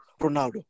Ronaldo